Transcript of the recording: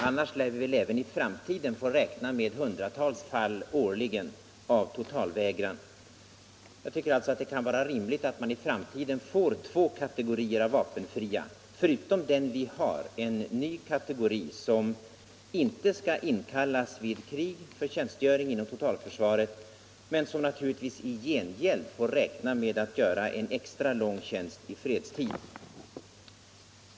Annars får vi även i framtiden räkna med hundratals fall årligen av totalvägran. Jag tycker alltså att det kan vara rimligt att man i framtiden får två kategorier av vapenfria, dels den vi har, dels en ny kategori som inte skall inkallas vid krig för tjänstgöring i totalförsvaret. Inom denna kategori får man naturligtvis i gengäld räkna med att göra en extra lång tjänst i fredstid.